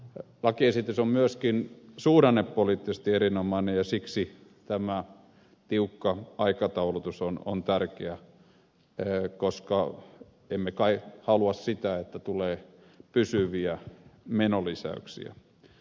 lakiesitys on myöskin suhdannepoliittisesti erinomainen ja siksi tämä tiukka aikataulutus on tärkeä koska emme kai halua sitä että tulee pysyviä menolisäyksiä